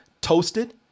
TOASTED